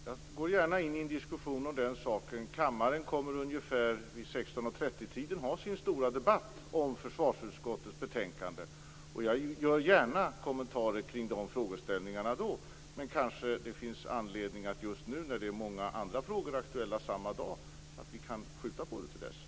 Fru talman! Jag går gärna in i en diskussion om den saken. Kammaren kommer ungefär vid 16.30 tiden att ha sin stora debatt om försvarsutskottets betänkande. Jag gör gärna kommentarer kring dessa frågeställningar då. Men det kanske finns anledning just nu, när det är många andra frågor som är aktuella samma dag, att skjuta på det tills dess.